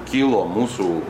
kilo mūsų